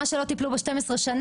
מה שלא טיפלו בו 12 שנה,